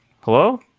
Hello